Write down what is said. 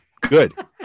Good